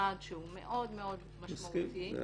צעד מאוד משמעותי, קפיצה ענקית -- אני מסכים.